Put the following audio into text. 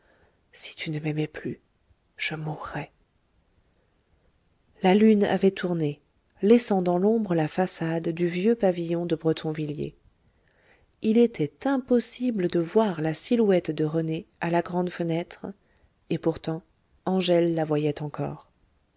si tu ne m'aimais plus je mourrais la lune avait tourné laissant dans l'ombre la façade du vieux pavillon de bretonvilliers il était impossible de voir la silhouette de rené à la grande fenêtre et pourtant angèle la voyait encore